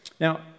Now